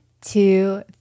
two